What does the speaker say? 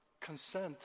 consent